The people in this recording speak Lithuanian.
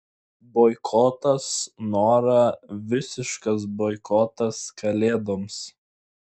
boikotas nora visiškas boikotas kalėdoms